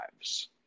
lives